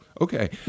Okay